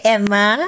Emma